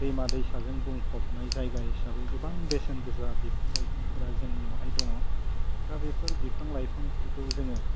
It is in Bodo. दैमा दैसाजों बुंफबनाय जायगा हिसाबै गोबां बेसेन गोसा बिफां लाइफांफोरा जोंनियावहाय दङ दा बेफोर बिफां लाइफांफोरखौ जोङो